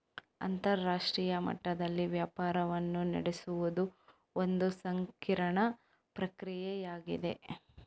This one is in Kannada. ಅಂತರರಾಷ್ಟ್ರೀಯ ಮಟ್ಟದಲ್ಲಿ ವ್ಯಾಪಾರವನ್ನು ನಡೆಸುವುದು ಒಂದು ಸಂಕೀರ್ಣ ಪ್ರಕ್ರಿಯೆಯಾಗಿದೆ